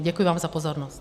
Děkuji vám za pozornost.